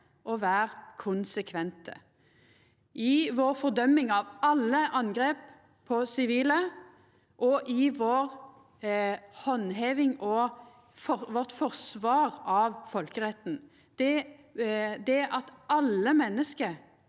å vera konsekvente i vår fordøming av alle angrep på sivile og i vår handheving og vårt forsvar av folkeretten: at alle menneske